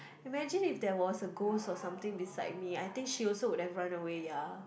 imagine if there was a ghost or something beside me I think she also will run away ya